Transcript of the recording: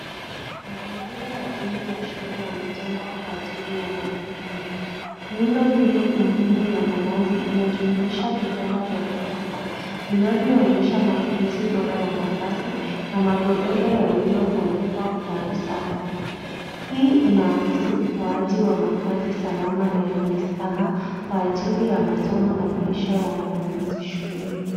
Mazingira ya bweni la shule yamejengwa kwa ajili ya wanafunzi. Miundo mbinu muhimu ya malazi inajumuisha vitanda vya ghorofa vinavoonyesha matumizi bora ya nafasi na magodoro yaliyotandikwa kwa usafi. Hii inaakisi utoaji wa makazi salama na yenye staha kwa ajili ya masomo na maisha ya wanafunzi shuleni.